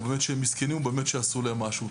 שהם באמת מסכנים או באמת עשו להם משהו,